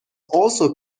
also